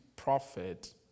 prophet